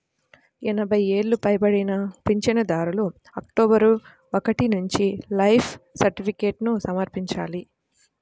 ఎనభై ఏళ్లు పైబడిన పింఛనుదారులు అక్టోబరు ఒకటి నుంచి లైఫ్ సర్టిఫికేట్ను సమర్పించాలి